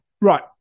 Right